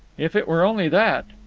if it were only that!